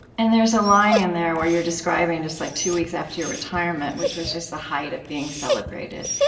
and there's a line in there where you're describing just like two weeks after your retirement, which was just the height of being celebrated.